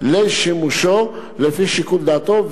לשימושו לפי שיקול דעתו,